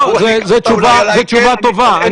בהתאם לכך, אני